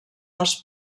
als